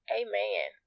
amen